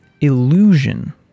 illusion